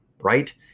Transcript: right